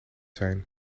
zijn